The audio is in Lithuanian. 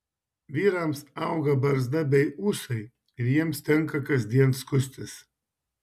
vyrams auga barzda bei ūsai ir jiems tenka kasdien skustis